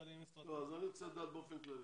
אני רוצה לדעת באופן כללי.